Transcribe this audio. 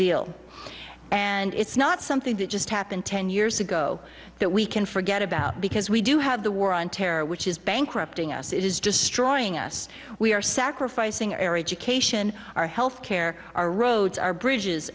deal and it's not something that just happened ten years ago that we can forget about because we do have the war on terror which is bankrupting us it is destroying us we are sacrificing our area education our health care our roads our bridges